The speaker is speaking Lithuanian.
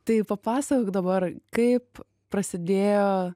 tai papasakok dabar kaip prasidėjo